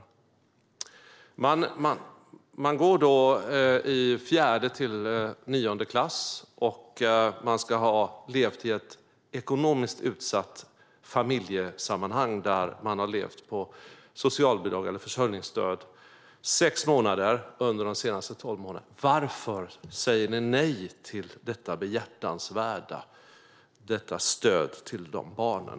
Reglerna för fritidspengen är att man ska gå i årskurs 4-9 och att man ska ha levt i ett ekonomiskt utsatt familjesammanhang med socialbidrag, eller försörjningsstöd, under sex månader under de senaste tolv månaderna. Varför säger ni nej till detta behjärtansvärda stöd till de barnen?